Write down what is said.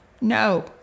No